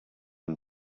and